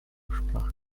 sprach